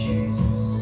Jesus